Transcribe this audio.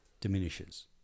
diminishes